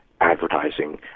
advertising